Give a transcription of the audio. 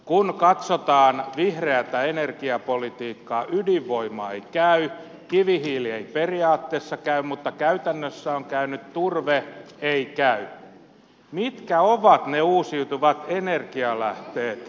kun katsotaan vihreätä energiapolitiikkaa ydinvoima ei käy kivihiili ei periaatteessa käy mutta käytännössä on käynyt turve ei käy mitkä ovat ne uusiutuvat energialähteet